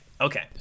okay